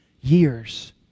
years